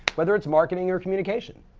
whether it's marketing or communication?